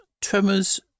Tremors